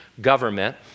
government